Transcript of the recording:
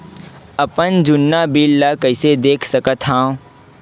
अपन जुन्ना बिल ला कइसे देख सकत हाव?